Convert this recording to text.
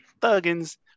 Thuggins